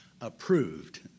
approved